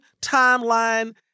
timeline